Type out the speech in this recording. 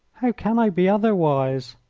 how can i be otherwise,